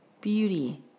beauty